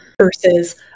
versus